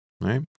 Right